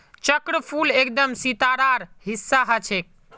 चक्रफूल एकदम सितारार हिस्सा ह छेक